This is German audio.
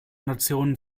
nation